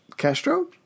Castro